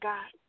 God